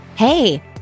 Hey